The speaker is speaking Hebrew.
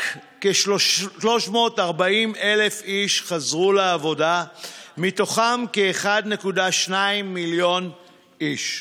רק כ-340,000 איש חזרו לעבודה מתוך כ-1.2 מיליון איש.